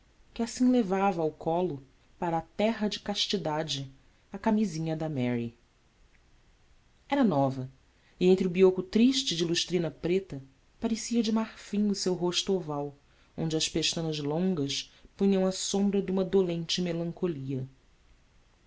que assim levava ao colo para a terra de castidade a camisinha da mary era nova e entre o bioco triste de lustrina preta parecia de marfim o seu rosto oval onde as pestanas longas punham a sombra de uma dolente melancolia